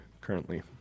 currently